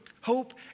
hope